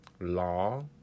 law